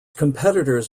competitors